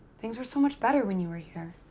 things were so much better when you were here.